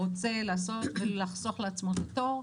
רוצה לעשות ולחסוך לעצמו את התור,